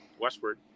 westward